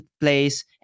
place